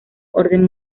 orden